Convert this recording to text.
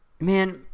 Man